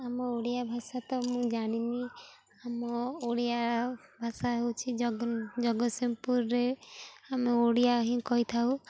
ଆମ ଓଡ଼ିଆ ଭାଷା ତ ମୁଁ ଜାଣିନି ଆମ ଓଡ଼ିଆ ଭାଷା ହେଉଛି ଜ ଜଗତସିଂହପୁରରେ ଆମେ ଓଡ଼ିଆ ହିଁ କହିଥାଉ